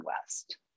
West